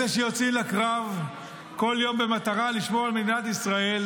אלה שיוצאים לקרב כל יום במטרה לשמור על מדינת ישראל,